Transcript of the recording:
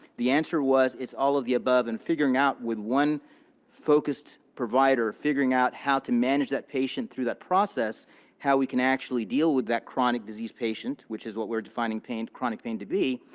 the answer was, it's all of the above. and figuring out with one focused provider, figuring out how to manage that patient through that process how we can actually deal with that chronic disease patient which is what we're defining chronic pain to be,